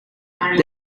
there